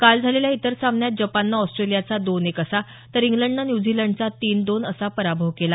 काल झालेल्या इतर सामन्यात जपाननं ऑस्ट्रेलियाचा दोन एक असा तर इंग्लंडनं न्यूझीलंडचा तीन दोन असा पराभव केला